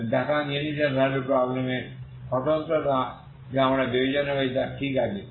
এবং দেখান যে ইনিশিয়াল ভ্যালু প্রব্লেম এর স্বতন্ত্রতা যা আমরা বিবেচনা করেছি ঠিক আছে